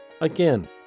Again